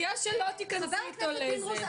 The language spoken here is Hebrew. חבר הכנסת פינדרוס,